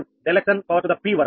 ∆𝑥np వరకు